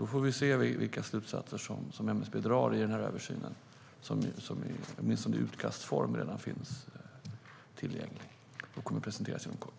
Vi får se vilka slutsatser som MSB drar i den här översynen, som finns tillgänglig redan, åtminstone i utkastform. Den kommer att presenteras inom kort.